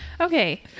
Okay